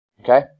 Okay